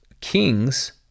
Kings